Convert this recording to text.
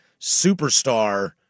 superstar